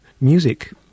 Music